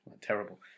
terrible